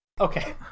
Okay